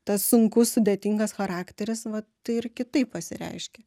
tas sunkus sudėtingas charakteris vat tai ir kitaip pasireiškia